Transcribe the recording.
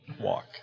walk